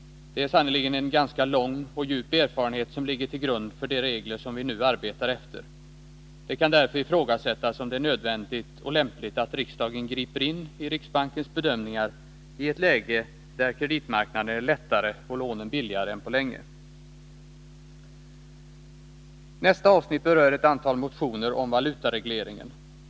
Det är sannerligen en ganska lång och djup erfarenhet som ligger till grund för de regler som vi nu arbetar efter. Det kan därför ifrågasättas om det är nödvändigt och lämpligt att riksdagen griper in i riksbankens bedömningar i ett läge, där kreditmarknaden är lättare och lånen billigare än på mycket länge. Nästa avsnitt berör ett antal motioner om valutaregleringen.